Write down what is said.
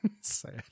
sad